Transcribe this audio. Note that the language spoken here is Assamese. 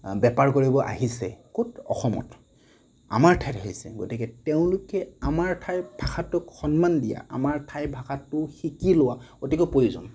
বেপাৰ কৰিব আহিছে ক'ত অসমত আমাৰ ঠাইত আহিছে গতিকে তেওঁলোকে আমাৰ ঠাইৰ ভাষাটোক সন্মান দিয়া আমাৰ ঠাইৰ ভাষাটো শিকি লোৱা অতিকৈ প্ৰয়োজন